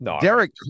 Derek